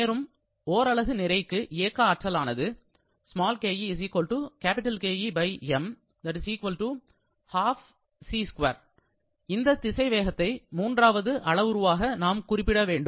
மேலும் ஓரலகு நிறைக்கு இயக்க ஆற்றல் ஆனது இந்த திசை வேகத்தை மூன்றாவது அளவுருவாக நாம் குறிக்க வேண்டும்